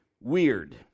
weird